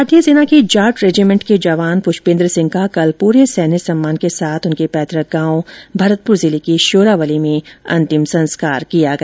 भारतीय सेना की जाट रेजीमेंट के जवान पुष्पेंद्र सिंह का कल पूरे सैन्य सम्मान के साथ उनके पैतुक गांव भरतपुर जिले के श्यौरावली में अंतिम संस्कार किया गया